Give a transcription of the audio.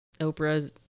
Oprah's